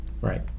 Right